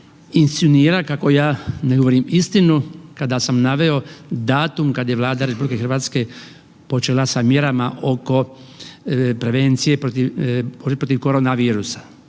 insinuira kako ja ne govorim istinu kada sam naveo datum kada je Vlada RH počela sa mjerama oko prevencije protiv borbe protiv